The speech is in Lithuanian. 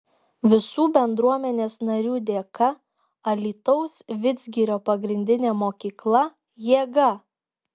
visų bendruomenės narių dėka alytaus vidzgirio pagrindinė mokykla jėga